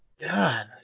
God